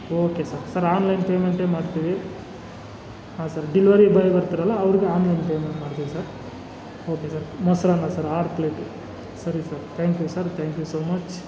okay sir sir online ಪೇಮೆಂಟೇ ಮಾಡ್ತೀವಿ ಹಾಂ ಸರ್ ಡಿಲ್ವರಿ ಬಾಯ್ ಬರ್ತಾರಲ್ಲ ಅವ್ರಿಗೆ ಆನ್ಲೈನ್ ಪೇಮೆಂಟ್ ಮಾಡ್ತೀವಿ ಸರ್ ಓಕೆ ಸರ್ ಮೊಸರನ್ನ ಸರ್ ಆರು ಪ್ಲೇಟು ಸರಿ sir thank you sir thank you so much